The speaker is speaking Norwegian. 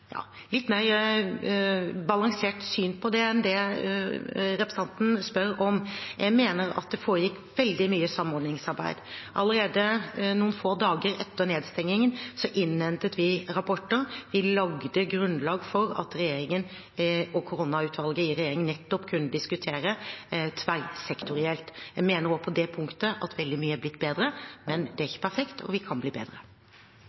litt mer balansert syn på det enn det representanten spør om. Jeg mener at det foregikk veldig mye samordningsarbeid. Allerede noen få dager etter nedstengningen innhentet vi rapporter. Vi laget grunnlag for at regjeringen og koronautvalget i regjering nettopp kunne diskutere tverrsektorielt. Jeg mener også på det punket at veldig mye er blitt bedre, men det er ikke perfekt, og vi kan bli bedre.